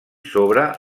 sobre